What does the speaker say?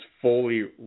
fully